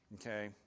Okay